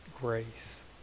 grace